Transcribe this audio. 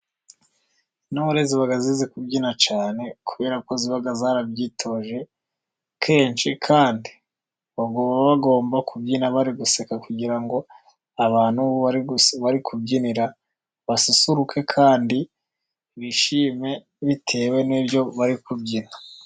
Intore ziba zizi kubyina cyane, kubera ko ziba zarabyitoje, kenshi kandi bagomba kubyina bari guseka, kugira abantu bari kubyinira basusuruke, kandi bishime bitewe n'ibyo bari kubyina.